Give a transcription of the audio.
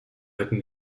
hätten